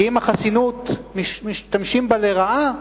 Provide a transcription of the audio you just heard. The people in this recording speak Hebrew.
כי אם החסינות, משתמשים בה לרעה,